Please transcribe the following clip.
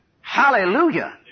Hallelujah